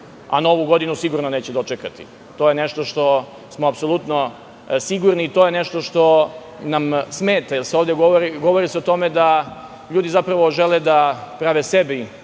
a novu godinu sigurno neće dočekati. To je nešto za šta smo apsolutno sigurni i to je nešto što nam smeta, jer se ovde govori o tome da ljudi žele da prave sebi